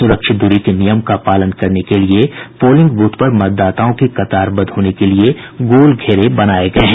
सुरक्षित दूरी के नियम का पालन करने के लिये पोलिंग बूथ पर मतदाताओं के कतारबद्ध होने के लिये गोल घेरे बनाये गये हैं